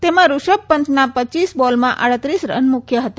તેમાં ઋષભ પંતના પચ્ચીસ બોલમાં આડત્રીસ રન મુખ્ય હતા